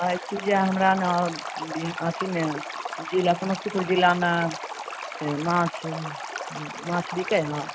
कहै छी जे हमरा ने बि अथीमे जिला समस्तीपुर जिलामे से माछ माछ बिकै हइ